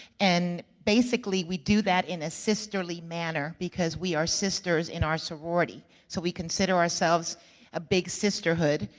and, basically, we do that in a sisterly manner because we are sisters in our sorority, so we consider ourselves a big sisterhood.